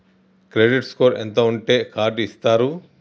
Credit score ఎంత ఉంటే card ఇస్తారు?